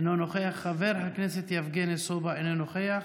אינו נוכח, חבר הכנסת יבגני סובה, אינו נוכח.